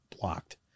blocked